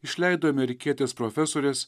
išleido amerikietės profesorės